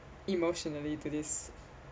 emotionally to this